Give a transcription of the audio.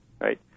right